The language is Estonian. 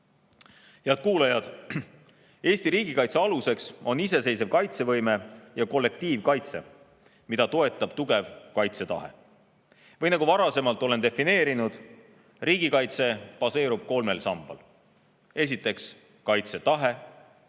Head kuulajad! Eesti riigikaitse aluseks on iseseisev kaitsevõime ja kollektiivkaitse, mida toetab tugev kaitsetahe. Või nagu ma varem olen defineerinud: riigikaitse baseerub kolmel sambal: esiteks, kaitsetahe,